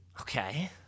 Okay